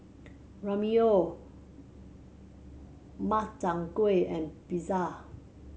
Ramyeon Makchang Gui and Pizza